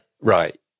right